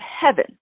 heaven